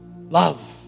love